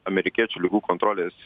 amerikiečių ligų kontrolės